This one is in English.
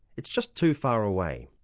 it's just too far away.